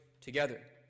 together